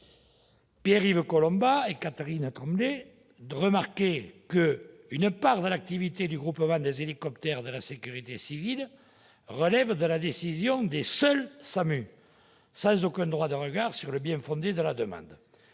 Pierre-Yves Collombat et Catherine Troendlé remarquaient dans leur rapport qu'« une part de l'activité du groupement des hélicoptères de la sécurité civile relève de la décision des seuls SAMU, sans aucun droit de regard sur le bien-fondé de leur demande.